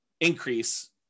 increase